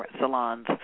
salons